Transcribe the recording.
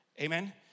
amen